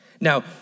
Now